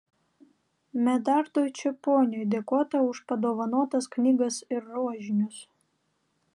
medardui čeponiui dėkota už padovanotas knygas ir rožinius